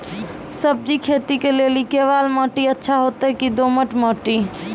सब्जी खेती के लेली केवाल माटी अच्छा होते की दोमट माटी?